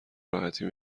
راحتی